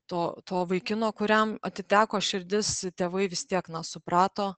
to to vaikino kuriam atiteko širdis tėvai vis tiek na suprato